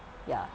ya